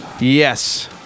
Yes